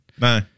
No